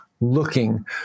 looking